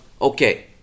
okay